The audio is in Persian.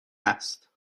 است